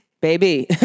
baby